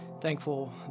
thankful